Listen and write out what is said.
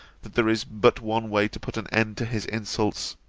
that there is but one way to put an end to his insults.